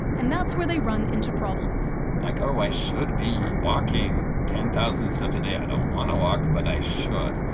and that's where they run into problems. like, oh, i should be walking ten thousand steps a day. i don't want to walk but i should.